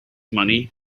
money